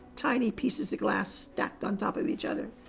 tiny pieces of glass stacked on top of each other.